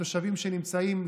התושבים שנמצאים,